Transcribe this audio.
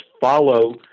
follow